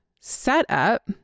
setup